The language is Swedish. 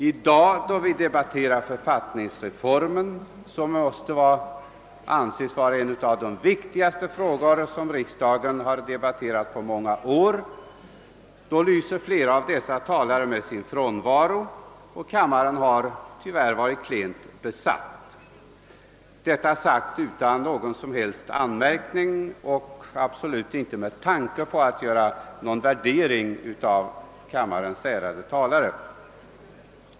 I dag — när vi debatterar författningsreformen, som måste anses vara en av de viktigaste frågor som diskuterats i riksdagen på många år — har flera av dessa talare lyst med sin frånvaro och kammaren har varit glest besatt. Detta säger jag utan att rikta någon som helst anmärkning mot någon person och absolut inte med tanke på att göra någon värdering av kammarens ärade talare.